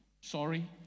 Sorry